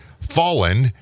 Fallen